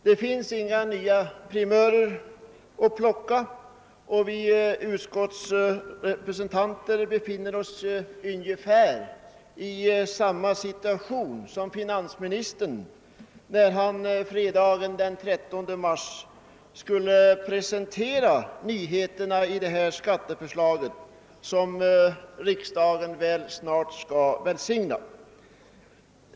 Det finns inga nya primörer att plocka. Vi utskottsrepresentanter befinner oss i ungefär samma situation som finansministern när han fredagen den 13 mars skulle presentera nyheterna i det skatteförslag som riksdagen väl snart skall välsigna.